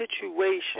situation